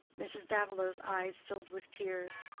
mrs. davilow's eyes filled with tears.